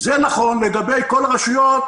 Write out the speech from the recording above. זה נכון לגבי כל הרשויות